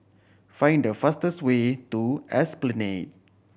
find the fastest way to Esplanade